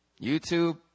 YouTube